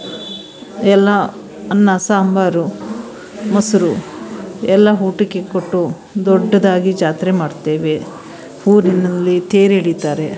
ಎಲ್ಲ ಅನ್ನ ಸಾಂಬಾರು ಮೊಸರು ಎಲ್ಲ ಊಟಕ್ಕೆ ಕೊಟ್ಟು ದೊಡ್ಡದಾಗಿ ಜಾತ್ರೆ ಮಾಡ್ತೇವೆ ಊರಿನಲ್ಲಿ ತೇರು ಎಳೀತಾರೆ